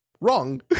wrong